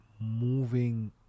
moving